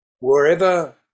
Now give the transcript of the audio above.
Wherever